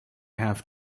have